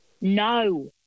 No